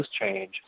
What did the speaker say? change